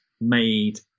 made